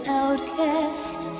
outcast